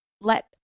let